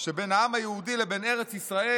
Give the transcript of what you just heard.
שבין העם היהודי לבין ארץ-ישראל